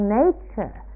nature